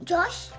Josh